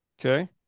okay